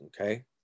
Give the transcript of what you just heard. Okay